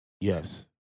Yes